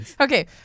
Okay